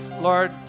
Lord